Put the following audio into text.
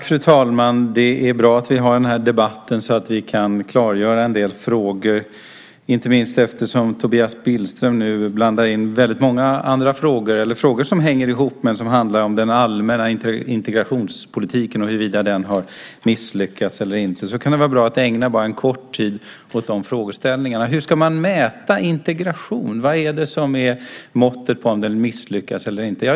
Fru talman! Det är bra att vi har den här debatten så att vi kan klargöra en del frågor, inte minst eftersom Tobias Billström blandar in många andra frågor som hänger ihop men som handlar om huruvida den allmänna integrationspolitiken har misslyckats eller inte. Det kan vara bra att ägna en kort tid åt de frågeställningarna. Hur ska man mäta integration? Vad är det som är måttet på om den har misslyckats eller inte?